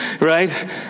right